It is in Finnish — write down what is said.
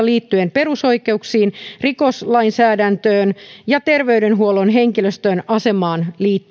perusoikeuksiin rikoslainsäädäntöön ja terveydenhuollon henkilöstön asemaan liittyviin kysymyksiin